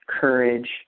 courage